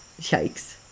Yikes